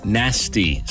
nasty